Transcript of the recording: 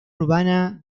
urbana